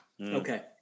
Okay